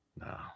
No